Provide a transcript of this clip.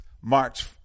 March